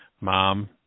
mom